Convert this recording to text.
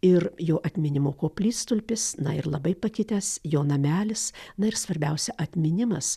ir jo atminimo koplytstulpis na ir labai pakitęs jo namelis na ir svarbiausia atminimas